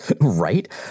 Right